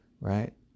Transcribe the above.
Right